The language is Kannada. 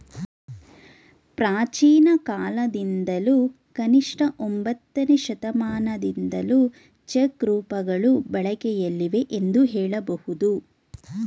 ಪ್ರಾಚೀನಕಾಲದಿಂದಲೂ ಕನಿಷ್ಠ ಒಂಬತ್ತನೇ ಶತಮಾನದಿಂದಲೂ ಚೆಕ್ ರೂಪಗಳು ಬಳಕೆಯಲ್ಲಿವೆ ಎಂದು ಹೇಳಬಹುದು